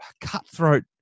cutthroat